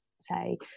say